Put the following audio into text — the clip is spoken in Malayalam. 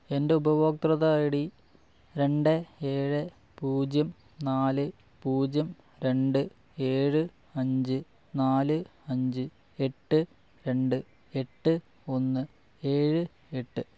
എൻ്റെ ഉപഭോക്തൃ ഐ ഡി രണ്ട് ഏഴ് പൂജ്യം നാല് പൂജ്യം രണ്ട് ഏഴ് അഞ്ച് നാല് അഞ്ച് എട്ട് രണ്ട് എട്ട് ഒന്ന് ഏഴ് എട്ട്